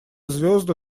звезды